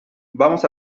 vamos